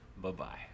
Bye-bye